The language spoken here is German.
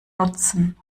nutzen